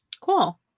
Cool